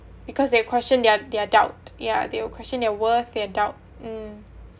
because they'll question their their doubt yeah they will question their worth their doubt mm